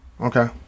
Okay